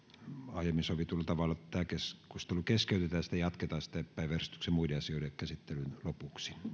aiemmin sovitulla tavalla tämä keskustelu keskeytetään ja sitä jatketaan päiväjärjestyksen muiden asioiden käsittelyn lopuksi